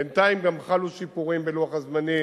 בינתיים גם חלו שיפורים בלוח הזמנים,